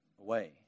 away